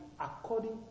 according